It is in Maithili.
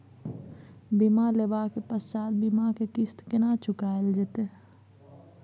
बीमा लेबा के पश्चात बीमा के किस्त केना चुकायल जेतै?